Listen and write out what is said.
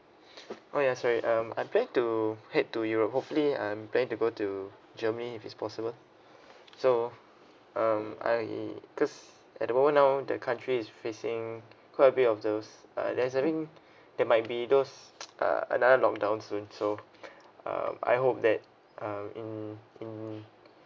oh ya sorry um I plan to head to europe hopefully I'm planning to go to germany if it's possible so um I because at the moment now the country is facing quite a bit of those uh there's having there might be those err another lockdown soon so um I hope that um in in